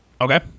Okay